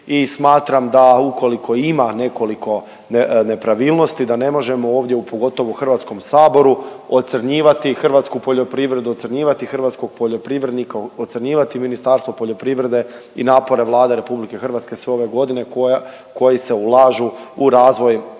smatram da ukoliko ima nekoliko nepravilnosti da ne možemo ovdje, pogotovo u HS, ocrnjivati hrvatsku poljoprivredu, ocrnjivati hrvatskog poljoprivrednika, ocrnjivati Ministarstvo poljoprivrede i napore Vlade RH sve ove godine koji se ulažu u razvoj